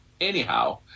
anyhow